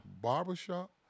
barbershop